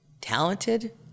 talented